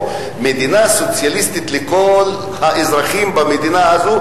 מדינה סוציאליסטית לכל האזרחים במדינה הזו,